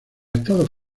estados